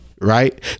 right